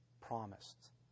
promised